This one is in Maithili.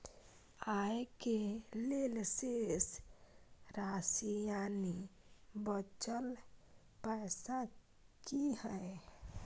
आय के लेल शेष राशि यानि बचल पैसा की हय?